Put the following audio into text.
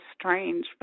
strange